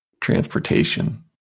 transportation